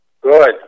Good